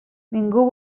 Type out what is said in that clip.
ningú